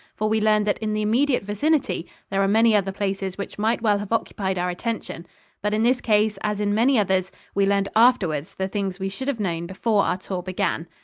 for we learned that in the immediate vicinity there are many other places which might well have occupied our attention but in this case, as in many others, we learned afterwards the things we should have known before our tour began.